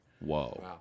Whoa